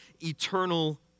eternal